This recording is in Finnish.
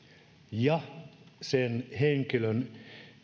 ja sen henkilön